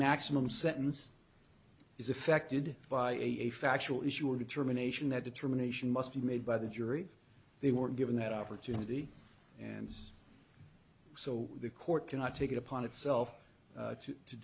maximum sentence is affected by a factual issue a determination that determination must be made by the jury they were given that opportunity and so the court cannot take it upon itself to